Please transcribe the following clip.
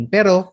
Pero